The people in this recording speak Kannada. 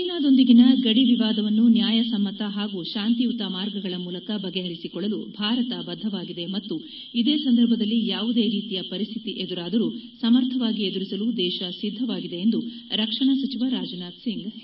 ಚೀನಾದೊಂದಿಗಿನ ಗಡಿ ವಿವಾದವನ್ನು ನ್ಯಾಯ ಸಮ್ನತ ಹಾಗೂ ಶಾಂತಿಯುತ ಮಾರ್ಗಗಳ ಮೂಲಕ ಬಗೆಪರಿಸಿಕೊಳ್ಳಲು ಭಾರತ ಬದ್ದವಾಗಿದೆ ಮತ್ತು ಇದೇ ಸಂದರ್ಭದಲ್ಲಿ ಯಾವುದೇ ರೀತಿಯ ಪರಿಸ್ಟಿತಿ ಎದುರಾದರು ಸಮರ್ಥವಾಗಿ ಎದುರಿಸಲು ದೇಶ ಸಿದ್ಗವಾಗಿದೆ ಎಂದು ರಕ್ಷಣಾ ಸಚಿವ ರಾಜನಾಥ್ಸಿಂಗ್ ಹೇಳಿದ್ದಾರೆ